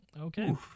Okay